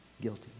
guilty